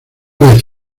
vez